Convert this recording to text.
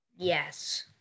Yes